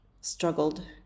struggled